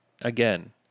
again